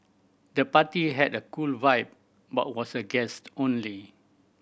the party had a cool vibe but was the guest only